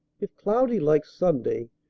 if cloudy likes sunday,